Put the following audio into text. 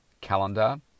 calendar